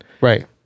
right